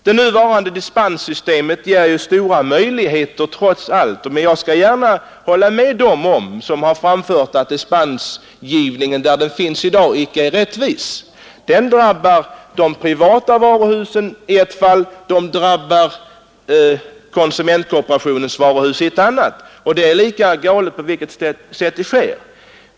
Det nuvarande dispenssystemet ger trots allt stora möjligheter, men jag skall gärna hålla med dem som har uttalat att den dispensgivning som förekommer i dag icke är rättvis. Orättvisa drabbar de privata varuhusen i ett fall, den drabbar konsumentkooperationens varuhus i ett annat, och det är lika galet vilket som än sker.